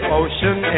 ocean